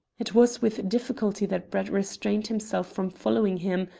it was with difficulty that brett restrained himself from following him,